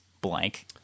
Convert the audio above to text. Blank